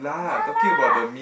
ya lah